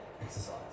exercise